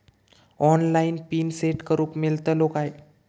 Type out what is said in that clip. Online pin set करूक मेलतलो काय?